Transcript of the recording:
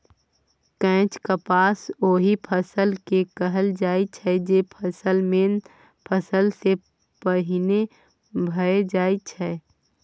catch crop ओहि फसल केँ कहल जाइ छै जे फसल मेन फसल सँ पहिने भए जाइ छै